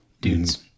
dudes